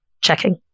checking